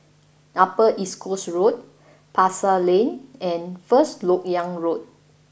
Upper East Coast Road Pasar Lane and First Lok Yang Road